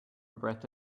breath